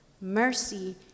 Mercy